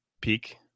peak